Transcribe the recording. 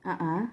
ah ah